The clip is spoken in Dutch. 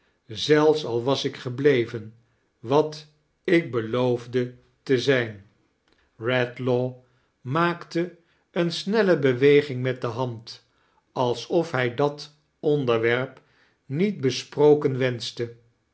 zelfs al was ik gebleven wat ik beloofde te zijn redlaw maakte eene snelle beweging met de hand alsof hij dat onderwerp niet besproken wenschte